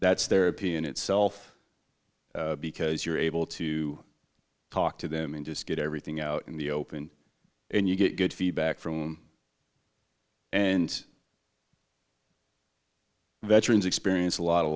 that's their opinion itself because you're able to talk to them and just get everything out in the open and you get good feedback from them and veterans experience a lot of